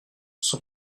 son